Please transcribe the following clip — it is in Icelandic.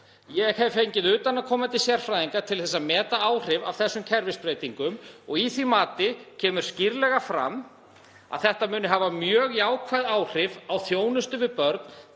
Ég hef fengið utanaðkomandi sérfræðinga til að meta áhrif af þessum kerfisbreytingum og í því mati kemur skýrlega fram að þær muni hafa mjög jákvæð áhrif á þjónustu við börn,